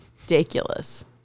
ridiculous